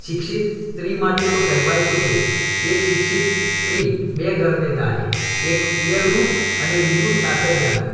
શિક્ષિત સ્ત્રી માટે તો કહેવાય છે કે એક શિક્ષિત સ્ત્રી બે ઘર ને તારે એક પિયરનું અને બીજું સાસરિયાનું